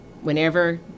whenever